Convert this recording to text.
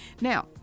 now